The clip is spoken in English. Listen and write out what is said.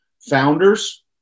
founders